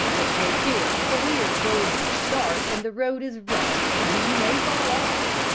but take care for we are going to start and the road is rough and you may fall off.